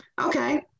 okay